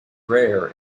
rare